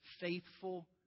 faithful